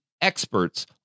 experts